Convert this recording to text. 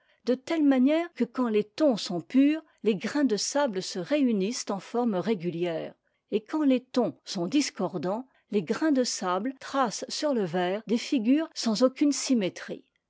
de telle manière que quand les tons sont purs les grains de sable se réunissent en formes régulières et quand les tons sont discordants les grains de sable tracent sur le verre des figures sans aucune symétrie